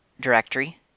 directory